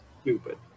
stupid